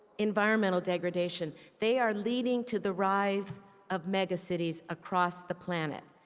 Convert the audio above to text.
environmental degradation. they are leading to the rise of megacities across the planet.